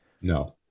No